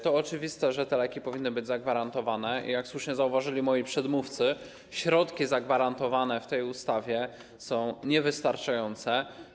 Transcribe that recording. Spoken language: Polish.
To oczywiste, że te leki powinny być zagwarantowane, i jak słusznie zauważyli moi przedmówcy, środki zagwarantowane w tej ustawie są niewystarczające.